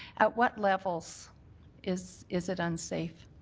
at what levels is is it unsafe?